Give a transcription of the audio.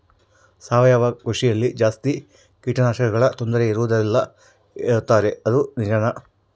ಸಾವಯವ ಕೃಷಿಯಲ್ಲಿ ಜಾಸ್ತಿ ಕೇಟನಾಶಕಗಳ ತೊಂದರೆ ಇರುವದಿಲ್ಲ ಹೇಳುತ್ತಾರೆ ಅದು ನಿಜಾನಾ?